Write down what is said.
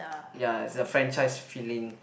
ya is a franchise feeling